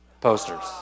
posters